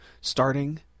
starting